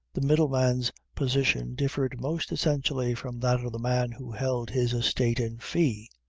the middleman's position differed most essentially from that of the man who held his estate in fee.